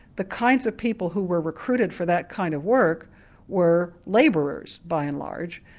the kinds of people who were recruited for that kind of work were labourers, by and large,